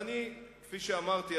וכפי שאמרתי,